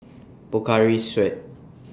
Pocari Sweat